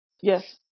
yes